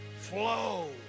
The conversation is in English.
flow